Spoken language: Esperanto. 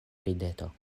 rideto